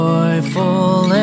Joyful